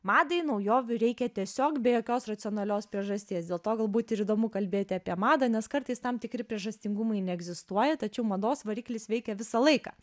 madai naujovių reikia tiesiog be jokios racionalios priežasties dėl to galbūt ir įdomu kalbėti apie madą nes kartais tam tikri priežastingumai neegzistuoja tačiau mados variklis veikia visą laiką